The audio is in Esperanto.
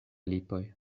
lipoj